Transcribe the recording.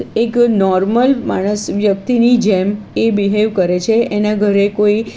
એક નોર્મલ માણસ વ્યક્તિની જેમ એ બિહેવ કરે છે એના ઘરે કોઈ